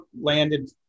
landed